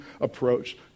approach